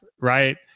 Right